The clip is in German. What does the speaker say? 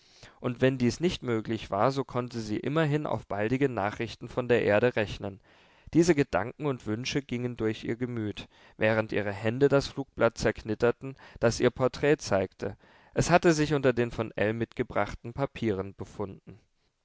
und wenn dies nicht möglich war so konnte sie immerhin auf baldige nachrichten von der erde rechnen diese gedanken und wünsche gingen durch ihr gemüt während ihre hände das flugblatt zerknitterten das ihr porträt zeigte es hatte sich unter den von ell mitgebrachten papieren befunden